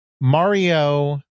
Mario